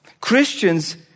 Christians